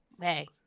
hey